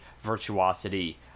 virtuosity